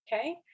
okay